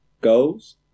goals